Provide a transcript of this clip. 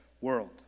world